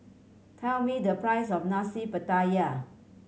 tell me the price of Nasi Pattaya